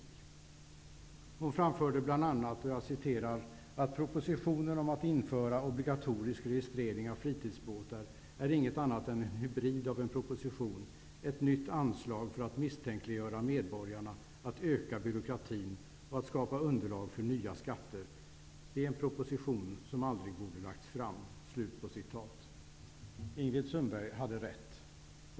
Ingrid Sundberg framförde bl.a.: ''Propositionen om att införa obligatorisk registrering av fritidsbåtar är inget annat än en hybrid av en proposition, ett nytt anslag för att misstänkliggöra medborgarna, öka byråkratin och skapa underlag för nya skatter. Det är en proposition som aldrig borde lagts fram.'' Ingrid Sundberg hade rätt.